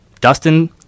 Dustin